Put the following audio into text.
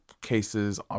cases